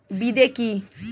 বিদে কি?